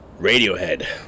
Radiohead